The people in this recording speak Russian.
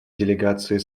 делегацию